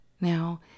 Now